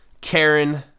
Karen